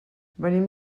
venim